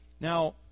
Now